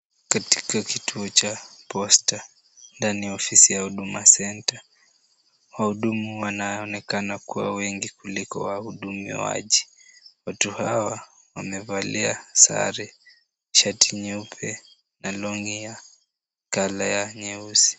Katika kituo cha posta, ndani ya ofisi ya huduma centre , wahudumu wanaonekana kuwa wengi kuliko wahudumiwaji. Watu hawa wamevalia sare, shati nyeupe na long'i ya color ya nyeusi.